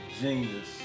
genius